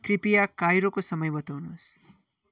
कृपया काइरोको समय बताउनुहोस्